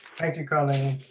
thank you, colleen.